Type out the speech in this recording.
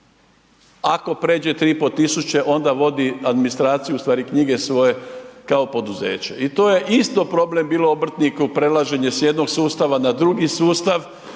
ako pređe 3.500 onda vodi administraciju ustvari knjige svoje kao poduzeće. I to je isto problem bilo obrtniku prelaženje s jednog sustava na drugi sustav,